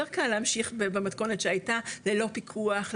יותר קל להמשיך במתכונת שהייתה ללא פיקוח,